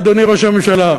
אדוני ראש הממשלה,